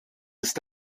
ist